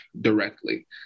directly